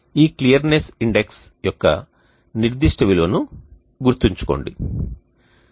ఈ clearness index యొక్క నిర్దిష్ట విలువను గుర్తుంచుకోండిa